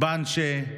בנצ'ה,